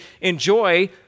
enjoy